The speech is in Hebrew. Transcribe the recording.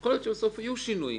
יכול להיות שבסוף יהיו שינויים,